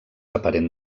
aparent